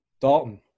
dalton